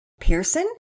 Pearson